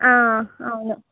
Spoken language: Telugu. అవును